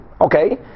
Okay